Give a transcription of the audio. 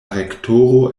rektoro